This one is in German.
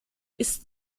ist